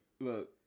Look